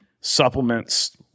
supplements